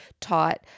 taught